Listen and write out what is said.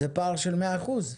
זה מאה אחוז.